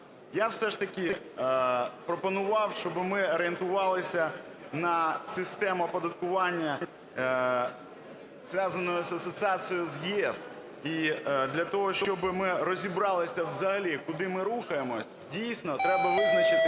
Я все ж таки пропонував, щоб ми орієнтувалися на систему оподаткування, зв'язаною з Асоціацією з ЄС. І для того, щоби ми розібралися взагалі, куди ми рухаємося, дійсно, треба визначитись